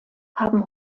haben